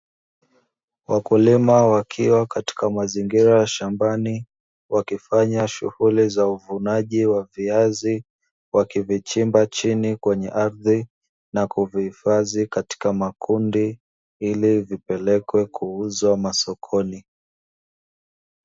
Wakulima wakiwa katika mazingira ya shambani, wakifanya shughuli za uvunaji wa viazi, wakivichimba chini kwenye ardhi na kuvihifadhi katika makundi ili vipelekwe kuuzwa masokoni.